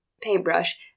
paintbrush